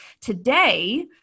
Today